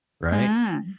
Right